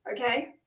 okay